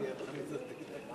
ביהודה ושומרון)